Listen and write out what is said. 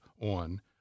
on